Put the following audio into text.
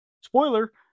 spoiler